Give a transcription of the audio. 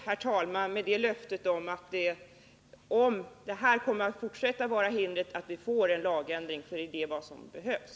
Herr talman! Jag är nöjd med det här löftet. Om sådant här fortsätter att vara hindret kommer vi alltså att få en lagändring, och det är vad som behövs.